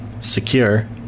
secure